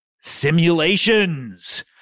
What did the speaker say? simulations